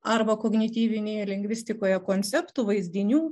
arba kognityvinėje lingvistikoje konceptų vaizdinių